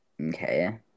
Okay